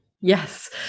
Yes